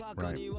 right